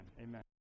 Amen